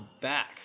back